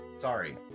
Sorry